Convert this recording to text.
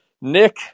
Nick